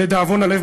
לדאבון הלב,